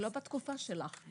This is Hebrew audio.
זה לא בתקופה שלך.